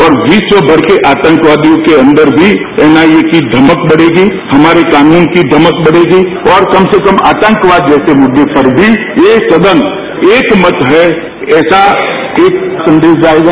और विश्वभर के आतंकवादियों के अंदर भी एनआईए की धमक बढ़ेगी हमारे कानून की धमक बढ़ेगी और कम से कम आतंकवाद जैसे मुद्दे पर भी यह सदन एक मत है ऐसा एक संदेश जाएगा